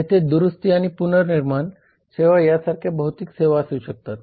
तेथे दुरुस्ती आणि पुनर्निर्माण सेवा यासारख्या भौतिक सेवा असू शकतात